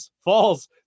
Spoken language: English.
falls